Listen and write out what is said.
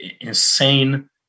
insane